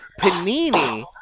Panini